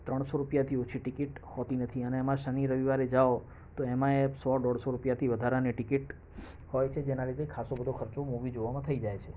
ત્રણસો રૂપિયાથી ઓછી ટિકિટ હોતી નથી અને આમાં શનિ રવિવારે જાવ તો એમાંય સો દોઢસો રૂપિયાથી વધારાની ટિકિટ હોય છે જેના લીધે ખાસો બધો ખર્ચો મૂવી જોવામાં થઈ જાય છે